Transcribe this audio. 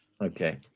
Okay